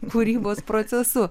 kūrybos procesu